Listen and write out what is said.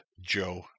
Joe